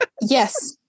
Yes